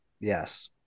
Yes